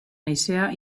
haizea